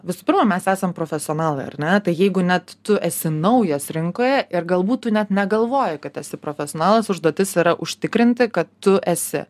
visų pirma mes esam profesionalai ar ne tai jeigu net tu esi naujas rinkoje ir galbūt tu net negalvoji kad esi profesionalas užduotis yra užtikrinti kad tu esi